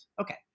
Okay